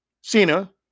Cena